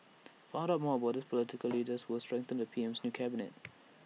find out more about the political leaders who will strengthen P M's new cabinet